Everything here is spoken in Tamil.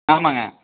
ஆமாங்க